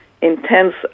intense